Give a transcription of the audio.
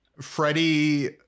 Freddie